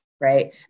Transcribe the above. Right